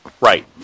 Right